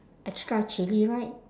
extra chilli right